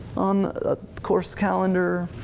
on course calendar,